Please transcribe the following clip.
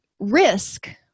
risk